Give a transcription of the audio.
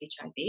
HIV